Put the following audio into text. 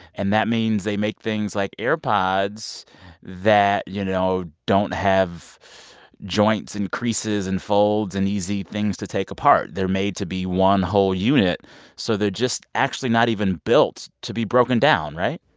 and that means they make things like airpods that, you know, don't have joints and creases and folds and easy things to take apart. they're made to be one whole unit so they're just actually not even built to be broken down, right?